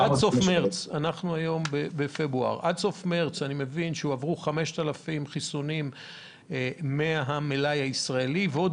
עד סוף מרץ אני מבין שהועברו 5,000 מהמלאי הישראלי ועוד